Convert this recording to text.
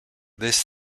this